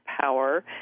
power